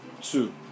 Two